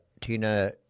Tina